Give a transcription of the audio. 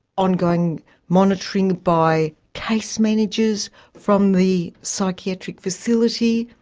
ongoing monitoring by case managers from the psychiatric facility,